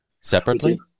separately